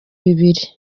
bibiri